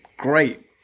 great